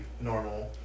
normal